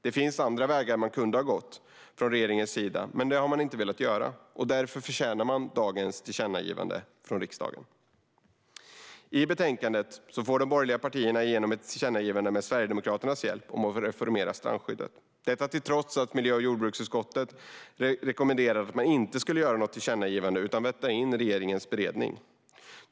Regeringen kunde även ha gått andra vägar, men det har man inte velat göra, och därför förtjänar man dagens tillkännagivande från riksdagen. I betänkandet får de borgerliga partierna med Sverigedemokraternas hjälp igenom ett tillkännagivande om att reformera strandskyddet, detta trots att miljö och jordbruksutskottet rekommenderade att man inte skulle göra något tillkännagivande utan vänta in regeringens beredning.